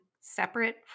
separate